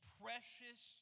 precious